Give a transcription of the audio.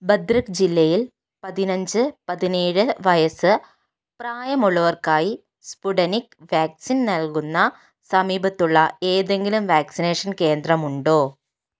ഭദ്രക് ജില്ലയിൽ പതിനഞ്ച് പതിനേഴ് വയസ്സ് പ്രായമുള്ളവർക്കായി സ്പുടനിക് വാക്സിൻ നൽകുന്ന സമീപത്തുള്ള ഏതെങ്കിലും വാക്സിനേഷൻ കേന്ദ്രമുണ്ടോ